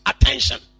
attention